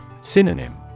Synonym